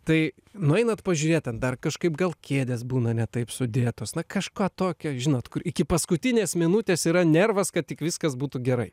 tai nueinat pažiūrėt ten dar kažkaip gal kėdės būna ne taip sudėtos na kažką tokio žinot kur iki paskutinės minutės yra nervas kad tik viskas būtų gerai